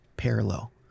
parallel